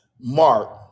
Mark